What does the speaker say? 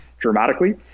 dramatically